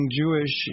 jewish